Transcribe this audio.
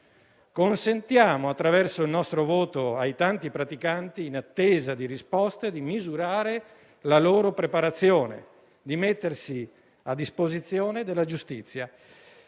consentire attraverso il nostro voto ai tanti praticanti in attesa di risposte di misurare la loro preparazione e di mettersi a disposizione della giustizia.